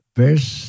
verse